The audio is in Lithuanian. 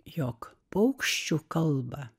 jog paukščių kalba